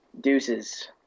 deuces